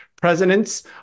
presidents